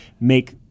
make